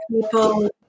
people